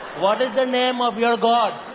what is the name of your god?